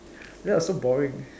that was so boring